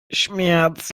schmerz